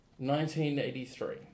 1983